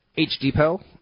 H-Depot